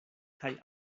kaj